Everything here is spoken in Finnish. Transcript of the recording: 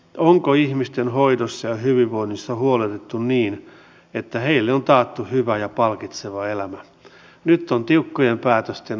onko ihmisten hoidossa ja hyvinvoinnissa huolet hennon sanoa että heille on taattu hyvä ja palkitseva elämä tämä on tiukkojen päätösten